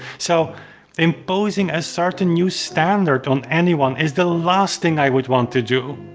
so imposing a certain new standard on anyone is the last thing i would want to do.